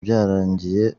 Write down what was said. byarangiye